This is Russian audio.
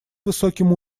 высоким